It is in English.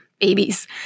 babies